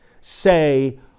say